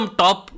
top